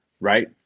right